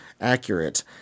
accurate